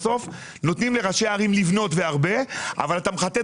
בסוף נותנים לראשי הערים לבנות והרבה אבל אתה מכתת